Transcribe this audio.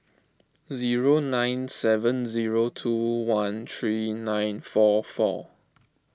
zero nine seven zero two one three nine four four